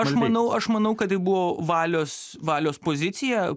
aš manau aš manau kad tai buvo valios valios pozicija